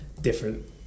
different